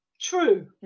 true